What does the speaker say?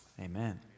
Amen